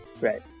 Right